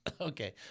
Okay